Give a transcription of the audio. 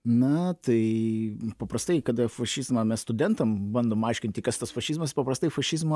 na tai paprastai kada fašizmą mes studentam bandom aiškinti kas tas fašizmas paprastai fašizmą